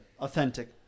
authentic